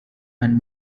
and